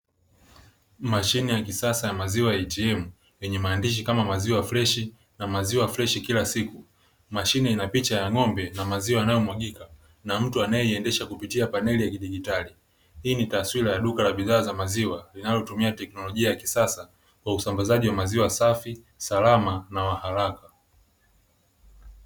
Mashine ya kisasa ya maziwa ya "ATM" yenye maandishi kama kama "maziwa freshi, na maziwa freshi kila siku". Mashine ina picha ya ng'ombe na maziwa yanayomwagika, na mtu anaeiendesha kupitia paneli ya kidigitali. Hii ni taswira ya duka la bidhaa za maziwa, inalotumia teknologia ya kisasa kwa usamabazaji wa maziwa safi, salama, na wa haraka.